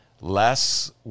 less